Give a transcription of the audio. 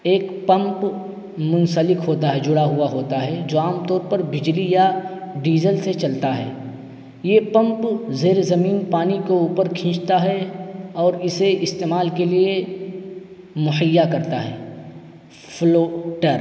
ایک پمپ منسلک ہوتا ہے جڑا ہوا ہوتا ہے جو عام طور پر بجلی یا ڈیزل سے چلتا ہے یہ پمپ زیر زمین پانی کو اوپر کھینچتا ہے اور اسے استعمال کے لیے مہیا کرتا ہے فلوٹر